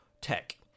tech